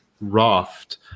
raft